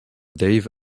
dave